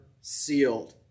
sealed